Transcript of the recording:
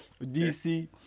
DC